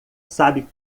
sabe